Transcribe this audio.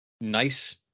Nice